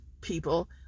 people